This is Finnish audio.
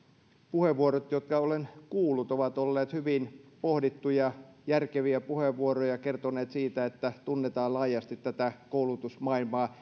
puheenvuorot jotka olen kuullut ovat olleet hyvin pohdittuja järkeviä puheenvuoroja ja ovat kertoneet siitä että tunnetaan laajasti tätä koulutusmaailmaa